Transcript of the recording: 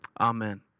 Amen